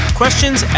questions